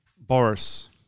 Boris